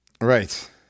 Right